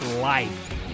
life